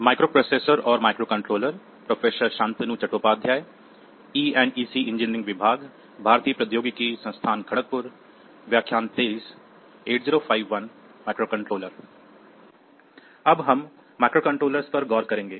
अब हम माइक्रोकंट्रोलर्स पर गौर करेंगे